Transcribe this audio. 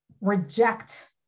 reject